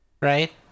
Right